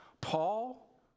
Paul